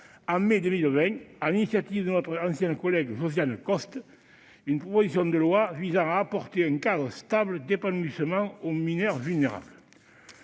en mai 2020, sur l'initiative de notre ancienne collègue Josiane Costes, une proposition de loi visant à apporter un cadre stable d'épanouissement et de développement